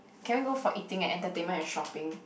can we go for eating entertainment and shopping